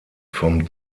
vom